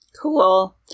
cool